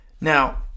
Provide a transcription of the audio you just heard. Now